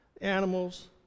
animals